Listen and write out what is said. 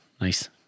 Nice